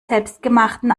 selbstgemachten